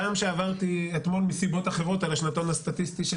גם שעברתי אתמול מסיבות אחרות על השנתון הסטטיסטי של